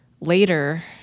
later